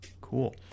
Cool